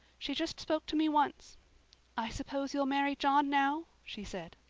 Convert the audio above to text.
she just spoke to me once i suppose you'll marry john now she said.